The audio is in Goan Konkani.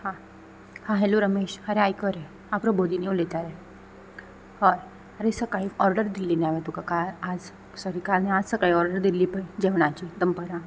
आं हा हॅलो रमेश अरे आयक रे हांव प्रबोदिनी उलयता रे हय आरे सकाळीं ऑर्डर दिल्ली न्ही हांवें तुका काल आज सॉरी काल न्ही आज सकाळीं ऑर्डर दिल्ली पळय जेवणाची दनपारां